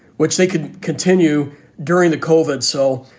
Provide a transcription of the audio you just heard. which they could continue during the colvard. so,